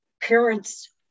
parents